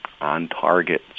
on-target